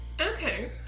okay